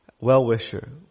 well-wisher